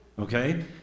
okay